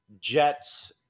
Jets